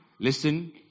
Listen